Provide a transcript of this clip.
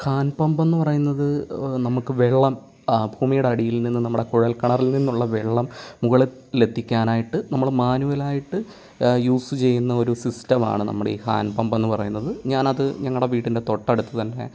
hand പമ്പെന്ന് പറയുന്നത് നമുക്ക് വെള്ളം ഭൂമിയുടെ അടിയിൽ നിന്നും നമ്മുടെ കുഴൽ കിണറിൽ നിന്നുള്ള വെള്ളം മുകളിലെത്തിക്കാനായിട്ട് നമ്മൾ മാനുവലായിട്ട് യൂസ് ചെയ്യുന്ന ഒരു സിസ്റ്റമാണ് നമ്മുടെ ഈ ഹാൻഡ് പമ്പെന്ന് പറയുന്നത് ഞാൻ അത് ഞങ്ങളുടെ വീട്ടിൻ്റെ തൊട്ടടുത്ത് തന്നെ